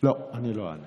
לא, אני לא אענה.